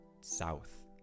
south